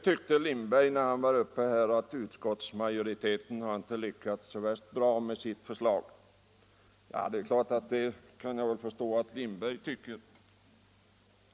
Herr Lindberg ansåg att utskottsmajoriteten inte har lyckats så värst bra med sitt förslag. Ja, det kan jag förstå att herr Lindberg tycker.